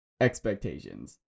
expectations